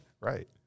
right